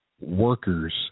workers